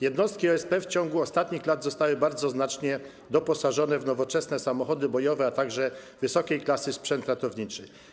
Jednostki OSP w ciągu ostatnich lat zostały bardzo znacznie doposażone w nowoczesne samochody bojowe, a także wysokiej klasy sprzęt ratowniczy.